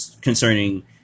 concerning